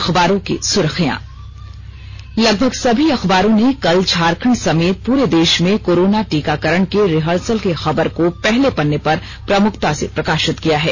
अखबारों की सुर्खियां लगभग सभी अखबारों ने कल झारखंड समेत पूरे देश में कोरोना टीकाकरण के रिहर्सल की खबर को पहले पन्ने पर प्रमुखता से प्रकाशित किया है